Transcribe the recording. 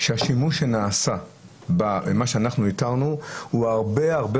שהשימוש שנעשה במה שהתרנו הוא הרבה-הרבה